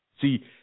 See